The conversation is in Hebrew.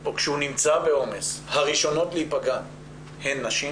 או כשהוא נמצא בעומס, הראשונות להיפגע הן נשים.